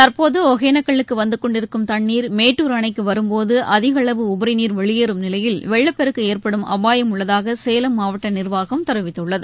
தற்போது ஒகேனக்கலுக்கு வந்தகொண்டிருக்கும் தண்ணீர் மேட்டுர் அணைக்கு வரும்போது அதிக அளவு உபரி நீர் வெளியேறும் நிலையில் வெள்ளப்பெருக்கு ஏற்படும் அபாயம் உள்ளதாக சேலம் மாவட்ட நிர்வாகம் தெரிவித்துள்ளது